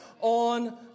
on